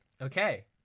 Okay